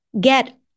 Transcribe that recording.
get